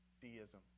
deism